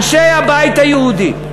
אנשי הבית היהודי,